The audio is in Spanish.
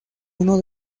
uno